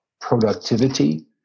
productivity